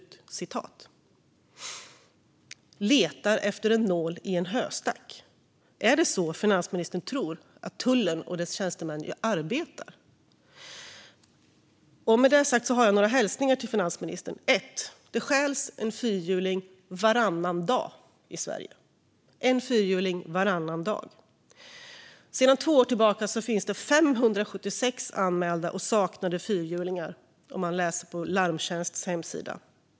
"Man letar efter en nål i en höstack." Är det så finansministern tror att tullen och dess tjänstemän arbetar? Med det sagt har jag några hälsningar till finansministern. Den första hälsningen är: Det stjäls en fyrhjuling varannan dag i Sverige. Sedan två år tillbaka finns det 576 anmälda och saknade fyrhjulingar, som man kan läsa på Larmtjänsts hemsida.